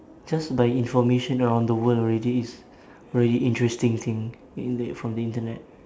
just by information around the world already is very interesting thing isn't it from the internet